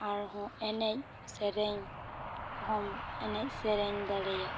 ᱟᱨᱦᱚᱸ ᱮᱱᱮᱡ ᱥᱮᱨᱮᱧ ᱦᱚᱢ ᱮᱱᱮᱡ ᱥᱮᱨᱮᱧ ᱫᱟᱲᱮᱭᱟᱜᱼᱟ